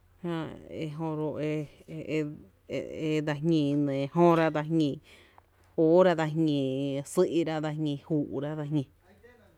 Jää e jö ro’ e e e dse jñi jöra, dse jñi óóra e nɇɇ dsa jñi sý’ra dsa jñi juu’ra juu’ra dsa jñi.